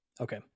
Okay